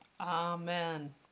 Amen